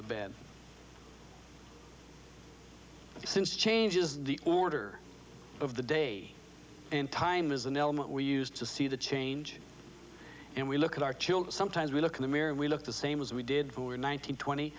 the bed since change is the order of the day and time is an element we used to see the change and we look at our children sometimes we look in the mirror we look the same as we did we were nineteen twenty